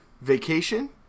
vacation